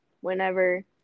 whenever